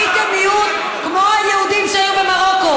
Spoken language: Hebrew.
הייתם מיעוט כמו היהודים שהיו במרוקו,